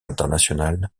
international